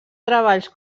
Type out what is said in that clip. treballs